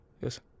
Yes